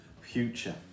future